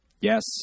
Yes